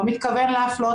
לא מתכוון להפלות.